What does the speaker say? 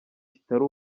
kitari